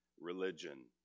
religion